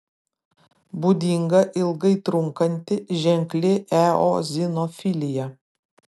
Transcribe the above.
būdinga ilgai trunkanti ženkli eozinofilija